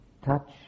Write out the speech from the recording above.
touch